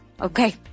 okay